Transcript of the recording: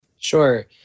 Sure